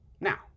Now